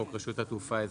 לחוק רשות התעופה האזרחית.